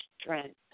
strength